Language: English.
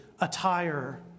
attire